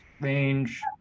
range